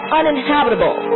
uninhabitable